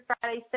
Friday